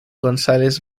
gonzález